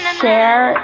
share